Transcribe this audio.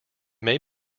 may